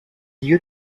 lieux